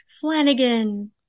Flanagan